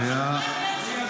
שנייה, שנייה.